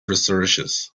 researchers